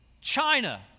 China